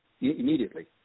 immediately